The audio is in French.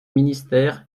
ministères